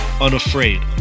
unafraid